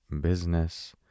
business